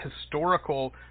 historical